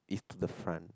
is to the front